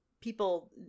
people